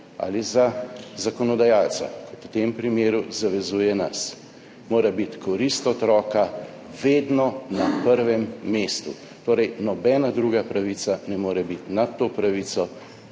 ali za zakonodajalca, kot v tem primeru zavezuje nas, mora biti korist otroka vedno na prvem mestu. Torej nobena druga pravica ne more biti nad to pravico,